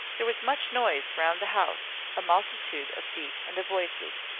there was much noise round the house a multitude of feet and of voices.